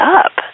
up